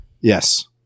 yes